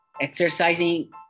exercising